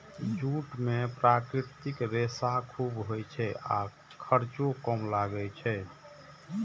jute मे प्राकृतिक रेशा खूब होइ छै आ खर्चो कम लागै छै